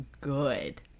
good